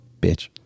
Bitch